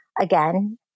again